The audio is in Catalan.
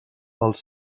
els